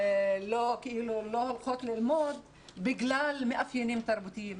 כאילו שלא הולכות ללמוד בגלל מאפיינים תרבותיים.